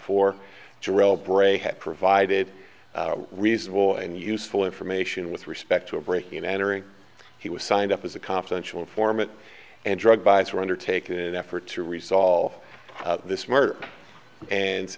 had provided reasonable and useful information with respect to a breaking and entering he was signed up as a confidential informant and drug buys were undertaken in an effort to resolve this murder and